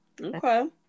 Okay